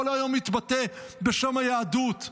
כל היום מתבטא בשם היהדות,